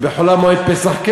בחול המועד פסח,